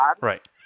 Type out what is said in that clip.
right